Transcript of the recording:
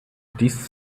dies